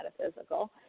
metaphysical